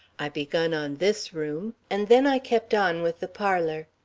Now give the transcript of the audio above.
i begun on this room and then i kept on with the parlour.